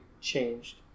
changed